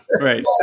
right